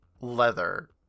leather